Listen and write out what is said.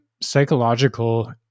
psychological